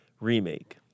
remake